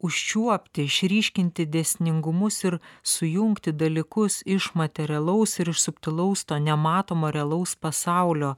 užčiuopti išryškinti dėsningumus ir sujungti dalykus iš materialaus ir iš subtilaus to nematomo realaus pasaulio